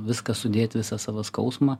viską sudėti visą savo skausmą